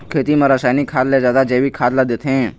खेती म रसायनिक खाद ले जादा जैविक खाद ला देथे